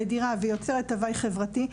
ויוצאת הווי חברתי,